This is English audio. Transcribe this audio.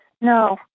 No